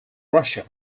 russia